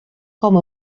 com